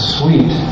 sweet